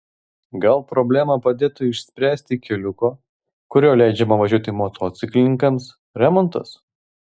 gal problemą padėtų išspręsti keliuko kuriuo leidžiama važiuoti motociklininkams remontas